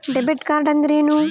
Debit card ಅಂದ್ರೇನು?